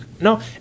No